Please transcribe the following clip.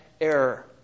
error